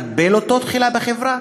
איך לקבל אותו בחברה,